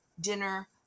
dinner